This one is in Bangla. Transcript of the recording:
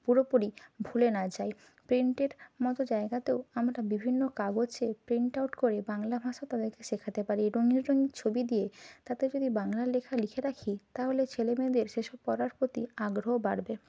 পুরোপুরি ভুলে না যায় প্রিন্টেট মত জায়গাতেও আমরা বিভিন্ন কাগজে প্রিন্ট আউট করে বাংলা ভাষা তাদেরকে শেখাতে পারি রঙিন রঙিন ছবি দিয়ে তাতে যদি বাংলা লেখা লিখে রাখি তাহলে ছেলে মেয়েদের সে সব পড়ার প্রতি আগ্রহ বাড়বে